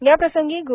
याप्रसंगी गो